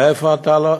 מאיפה אתה?